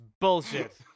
bullshit